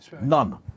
None